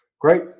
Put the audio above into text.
Great